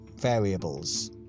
variables